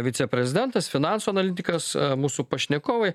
viceprezidentas finansų analitikas mūsų pašnekovai